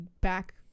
back